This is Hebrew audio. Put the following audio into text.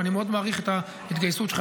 ואני מאוד מעריך את ההתגייסות שלך